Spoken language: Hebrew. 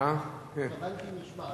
התכוונתי משמעתיים.